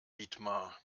dietmar